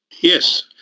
Yes